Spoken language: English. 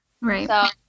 Right